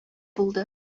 булды